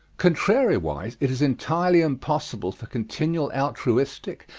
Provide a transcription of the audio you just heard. contrariwise, it is entirely impossible for continual altruistic,